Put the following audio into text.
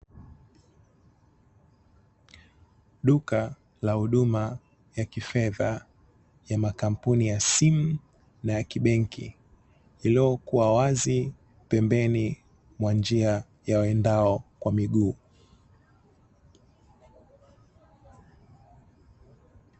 Duka la huduma ya kifedha ya makampuni ya simu na ya kibenki iliyokuwa wazi pembeni mwa njia ya waendao kwa miguu.